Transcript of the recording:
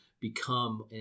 become